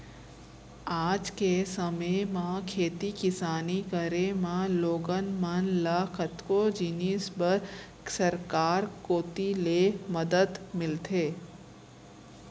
आज के समे म खेती किसानी करे म लोगन मन ल कतको जिनिस बर सरकार कोती ले मदद मिलथे